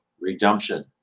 redemption